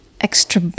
extra